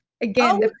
Again